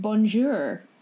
Bonjour